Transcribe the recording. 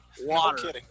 Water